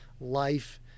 life